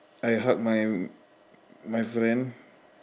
I hug my my friend